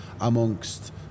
amongst